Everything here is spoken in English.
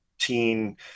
teen